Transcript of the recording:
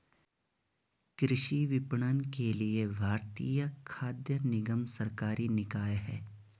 कृषि विपणन के लिए भारतीय खाद्य निगम सरकारी निकाय है